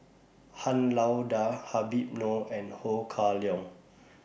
Han Lao DA Habib Noh and Ho Kah Leong